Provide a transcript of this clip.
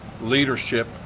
leadership